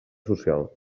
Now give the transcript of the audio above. social